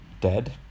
dead